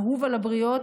אהוב על הבריות.